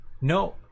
no